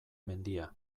mendia